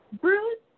Bruce